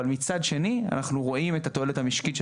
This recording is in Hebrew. אבל מצד שני אנחנו רואים את התועלת המשקית של